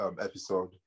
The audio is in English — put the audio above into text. episode